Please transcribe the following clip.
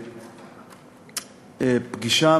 פגישה,